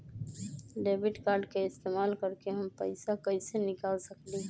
Debit card के इस्तेमाल करके हम पैईसा कईसे निकाल सकलि ह?